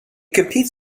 competes